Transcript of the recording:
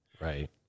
right